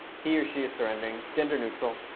he or she is surrounding. it's gender neutral.